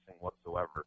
whatsoever